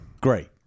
great